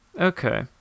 okay